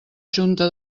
junta